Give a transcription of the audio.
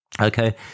Okay